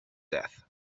death